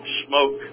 smoke